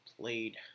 played